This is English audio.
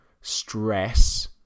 stress